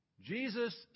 Jesus